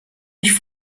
nicht